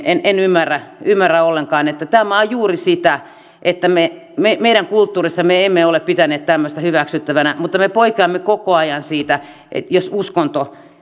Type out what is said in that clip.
en en ymmärrä ymmärrä ollenkaan tämä on juuri sitä että meidän kulttuurissamme me emme ole pitäneet tämmöistä hyväksyttävänä mutta me poikkeamme koko ajan siitä jos uskonto